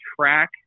track